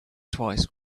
twice